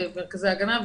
מרכזי הגנה,